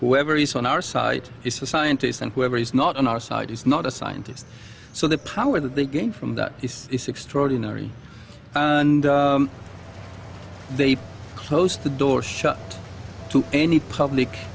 whoever is on our side is a scientist and whoever is not on our side is not a scientist so the power that they gain from that is extraordinary and they closed the door shut to any public